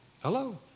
Hello